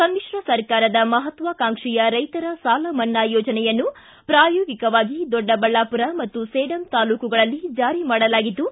ಸಮ್ಮಿಶ್ರ ಸರ್ಕಾರದ ಮಹತ್ವಾಕಾಂಕ್ಷಿಯ ರೈತರ ಸಾಲ ಮನ್ನಾ ಯೋಜನೆಯನ್ನು ಪ್ರಾಯೋಗಿಕವಾಗಿ ದೊಡ್ಡಬಳ್ಳಾಪುರ ಮತ್ತು ಸೇಡಂ ತಾಲೂಕುಗಳಲ್ಲಿ ಜಾರಿ ಮಾಡಲಾಗಿದ್ದು